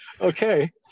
okay